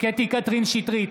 קטי קטרין שטרית,